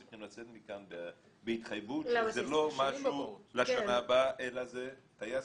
צריכים לצאת מכאן בהתחייבות שזה לא משהו לשנה הבאה אלא זה טייס